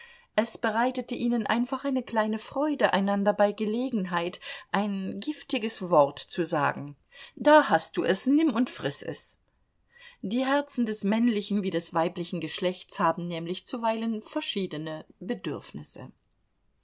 es bereitete ihnen einfach eine kleine freude einander bei gelegenheit ein giftiges wort zu sagen da hast du es nimm und friß es die herzen des männlichen wie des weiblichen geschlechts haben nämlich zuweilen verschiedene bedürfnisse